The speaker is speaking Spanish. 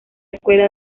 escuela